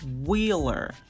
Wheeler